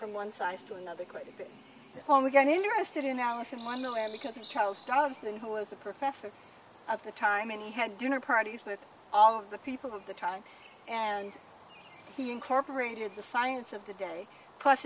from one size to another quite a bit when we got interested in alice in wonderland we can charles johnson who was a professor at the time and he had dinner parties with all of the people of the time and he incorporated the science of the day plus